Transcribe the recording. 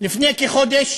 לפני כחודש